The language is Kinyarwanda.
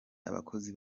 abakozi